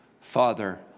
Father